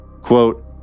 Quote